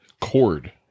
Cord